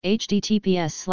https